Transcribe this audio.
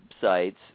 sites